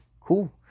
Cool